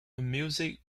music